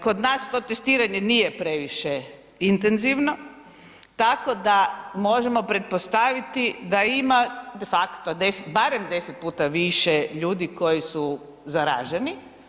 Kod nas to testiranje nije previše intenzivno, tako da možemo pretpostaviti da ima de facto 10, barem 10 puta više ljudi koji su zaraženi.